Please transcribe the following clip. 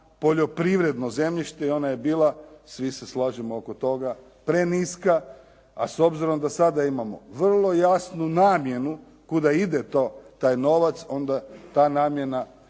poljoprivredno zemljište i ona je bila, svi se slažemo oko toga preniska, a s obzirom da sada imamo vrlo jasnu namjenu kuda ide taj novac, onda ta namjena,